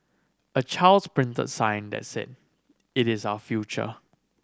a child's printed sign that said It is our future